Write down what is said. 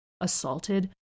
assaulted